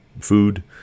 food